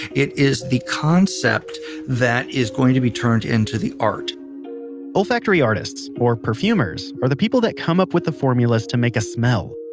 it is the concept that is going to be turned into the art olfactory artists or perfumers are the people that come up with the formulas to make a smell.